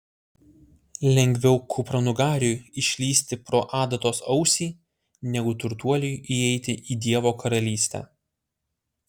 lengviau kupranugariui išlįsti pro adatos ausį negu turtuoliui įeiti į dievo karalystę